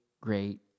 great